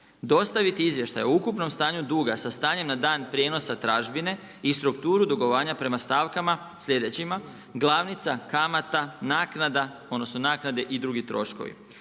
dostaviti izvještaj o ukupnom stanju duga, sa stanjem na dan prijenosa tražbine i strukturu dugovanja prema stavkama slijedećima, glavnica, kamata, naknada, odnosno,